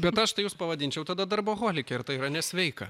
bet aš tai jus pavadinčiau tada darboholike ir tai yra nesveika